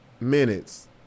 minutes